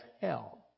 hell